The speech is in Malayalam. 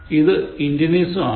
ഇത് ഇന്ത്യനിസം ആണ്